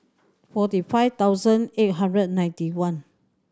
forty five thousand eight hundred and ninety one